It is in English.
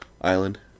Island